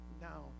now